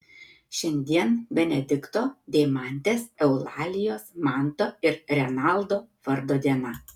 šiandien benedikto deimantės eulalijos manto ir renaldo vardo diena